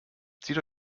zieht